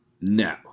No